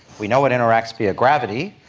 we know it interacts via gravity.